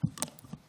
דקות.